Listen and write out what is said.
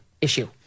issue